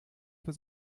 für